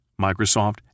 Microsoft